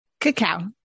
Cacao